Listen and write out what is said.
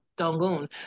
Dongun